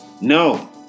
No